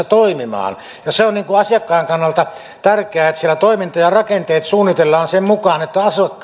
toimimaan ja se on asiakkaan kannalta tärkeää että siellä toiminta ja rakenteet suunnitellaan sen mukaan että